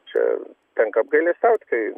čia tenka apgailestaut kai